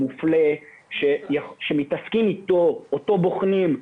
המופלה שאותו בוחנים,